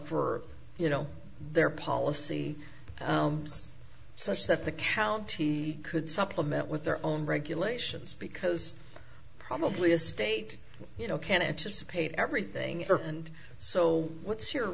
for you know their policy such that the county could supplement with their own regulations because probably a state you know qantas paid everything and so what's your